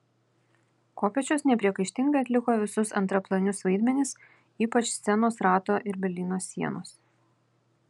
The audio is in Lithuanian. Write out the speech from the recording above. kopėčios nepriekaištingai atliko visus antraplanius vaidmenis ypač scenos rato ir berlyno sienos